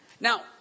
Now